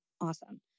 Awesome